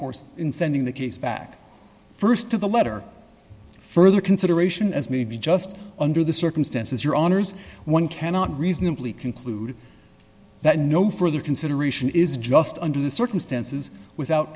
course in sending the case back st to the letter further consideration as maybe just under the circumstances your honour's one cannot reasonably conclude that no further consideration is just under the circumstances without